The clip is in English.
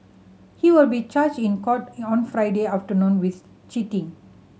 he will be charged in court on Friday afternoon with cheating